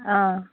अँ